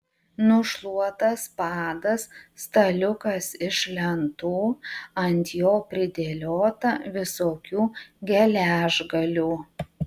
nušluotas padas staliukas iš lentų ant jo pridėliota visokių geležgalių